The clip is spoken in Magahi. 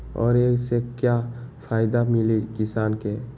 और ये से का फायदा मिली किसान के?